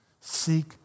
Seek